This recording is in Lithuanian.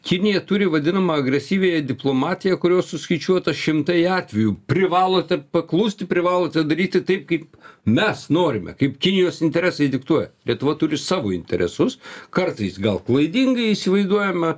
kinija turi vadinamą agresyviąją diplomatiją kurios suskaičiuota šimtai atvejų privalote paklusti privalote daryti taip kaip mes norime kaip kinijos interesai diktuoja lietuva turi savo interesus kartais gal klaidingai įsivaizduojame